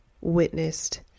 witnessed